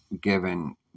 given